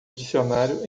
dicionário